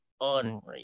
unreal